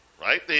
right